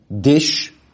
dish